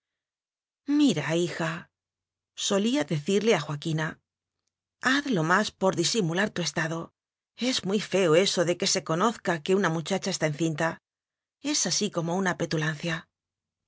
labios mira hijasolía decirle a joaquina haz lo más por disimular tu estado es muy feo eso de que se conozca que una muchacha está encinta es así como una petulancia